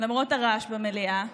למרות הרעש במליאה.